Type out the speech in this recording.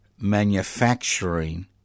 manufacturing